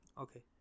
Okay